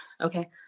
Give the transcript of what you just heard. okay